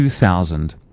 2000